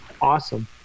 awesome